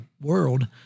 world